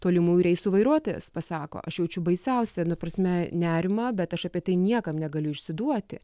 tolimųjų reisų vairuotojas pasako aš jaučiu baisiausia nu prasme nerimą bet aš apie tai niekam negaliu išsiduoti